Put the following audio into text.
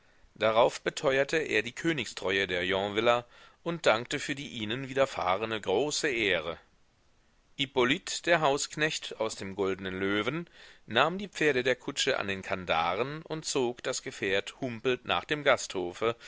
darauf beteuerte er die königstreue der yonviller und dankte für die ihnen widerfahrene große ehre hippolyt der hausknecht aus dem goldnen löwen nahm die pferde der kutsche an den kandaren und zog das gefährt humpelnd nach dem gasthofe